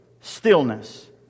stillness